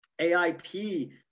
AIP